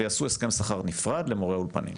ויעשו הסכם שכר נפרד למורי האולפנים.